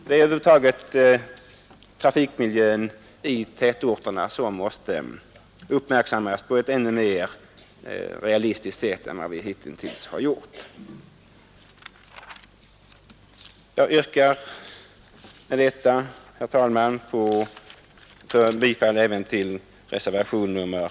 Över huvud taget måste trafikmiljön i tätorterna uppmärksammas på ett ännu mera realistiskt sätt än som hittills skett. Jag yrkar, herr talman, bifall även till reservationen 4.